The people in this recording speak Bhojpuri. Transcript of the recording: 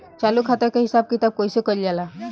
चालू खाता के हिसाब किताब कइसे कइल जाला?